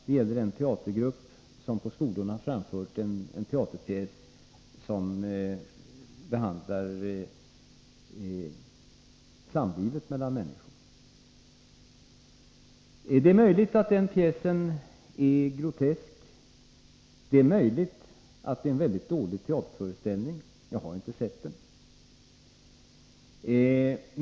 Det gäller en teatergrupp som på skolor framfört en teaterpjäs som behandlar samlivet mellan människor. Det är möjligt att den pjäsen är grotesk och att det är en mycket dålig teaterföreställning — jag har inte sett den.